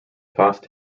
tossed